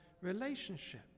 relationship